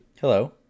Hello